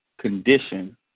condition